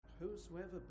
whosoever